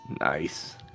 Nice